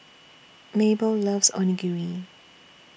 Mabelle loves Onigiri